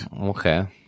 okay